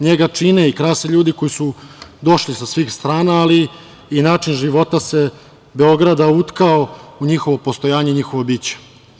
Njega čine i krase ljudi koji su došli sa svih strana, ali i način života Beograda se utkao u njihovo postojanje i njihovo biće.